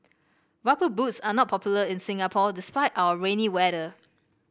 rubber boots are not popular in Singapore despite our rainy weather